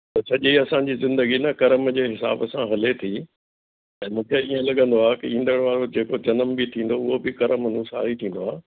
पोइ सॼी असांजी ज़िंदगी न करम जे हिसाबु सां हले थी त मूंखे इअं लॻंदो आहे की इदड़ु वारो जेको जनम बि थींदो उहो बि करम अनुसार ई थींदो आहे